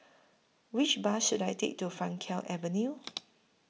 Which Bus should I Take to Frankel Avenue